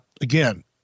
again